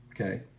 Okay